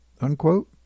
Unquote